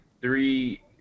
three